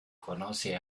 conoce